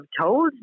told